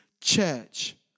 church